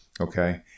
Okay